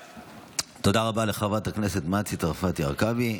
תודה רבה לחברת הכנסת מטי צרפתי הרכבי.